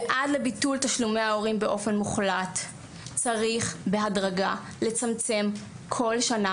עד לביטול תשלומי ההורים באופן מוחלט צריך לצמצם אותם כל שנה,